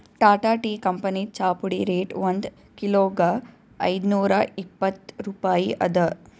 Tata tea ಕಂಪನಿದ್ ಚಾಪುಡಿ rate ಒಂದ್ ಕಿಲೋಗಾ ಐದ್ನೂರಾ ಇಪ್ಪತ್ತ್ ರೂಪಾಯಿ ಅದಾ